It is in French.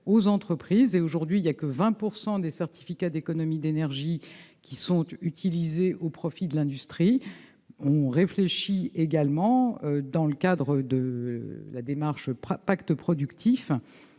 aux entreprises et aujourd'hui il y a que 20 pourcent des certificats d'économie d'énergie qui sont utilisées au profit de l'industrie, on réfléchit également dans le cadre de la démarche pourra pacte productif